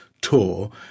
tour